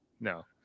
no